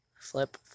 flip